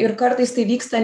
ir kartais tai vyksta